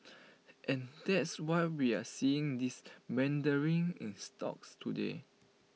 and that's why we're seeing this meandering in stocks today